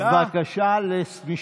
בבקשה, לך היה מותר הכול, אה?